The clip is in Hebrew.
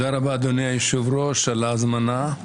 תודה רבה, אדוני היושב-ראש, על ההזמנה.